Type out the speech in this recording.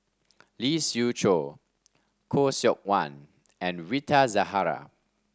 Lee Siew Choh Khoo Seok Wan and Rita Zahara